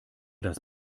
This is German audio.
das